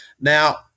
Now